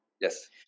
Yes